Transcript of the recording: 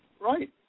Right